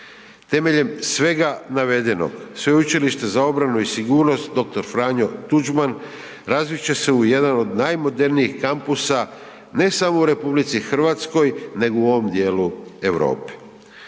Temeljem svega navedenog, Sveučilište za obranu i sigurnost dr. Franjo Tuđman, razvit će se u jedan od najmodernijih kampusa, ne samo u RH nego u ovom dijelu Europe.